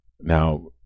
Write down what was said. Now